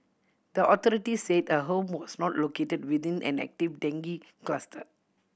the authorities said her home was not located within an active dengue cluster